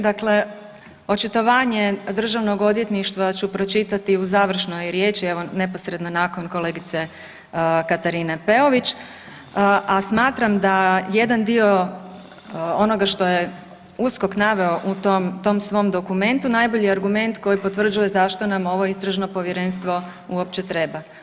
Dakle, očitovanje Državnog odvjetništva ću pročitati u završnoj riječi evo neposredno nakon kolegice Katarine Peović, a smatram da jedan dio onoga što je USKO naveo u tom svom dokumentu najbolji argument koji potvrđuje zašto nam ovo istražno povjerenstvo uopće treba.